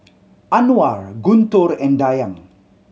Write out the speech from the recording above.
Anuar Guntur and Dayang